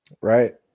Right